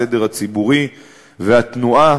הסדר הציבורי והתנועה,